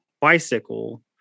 bicycle